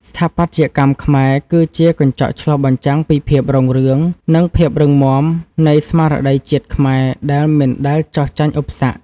ស្ថាបត្យកម្មខ្មែរគឺជាកញ្ចក់ឆ្លុះបញ្ចាំងពីភាពរុងរឿង និង ភាពរឹងមាំនៃស្មារតីជាតិខ្មែរដែលមិនដែលចុះចាញ់ឧបសគ្គ។